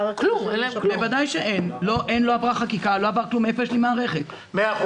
למעשה הוא נפגע בהכנסה שלו בשיעור של 50%. לכן